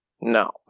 No